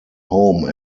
home